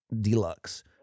deluxe